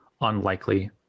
unlikely